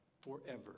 forever